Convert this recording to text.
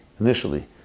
initially